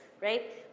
right